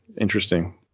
interesting